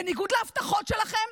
בניגוד להבטחות שלכם,